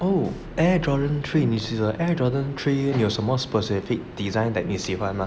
oh air jordan three which is the air jordan three 有什么 specific design that 你喜欢吗 as from what